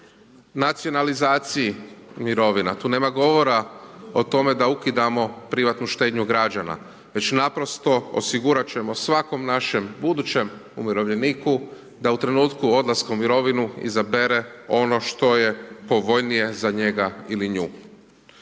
o nacionalizaciji mirovina, tu nema govora o tome da ukidamo privatnu štednju građana, već naprosto osigurat ćemo svako našem budućem umirovljeniku da u trenutku odlaska u mirovinu, izabere ono što je povoljnije za njega ili nju.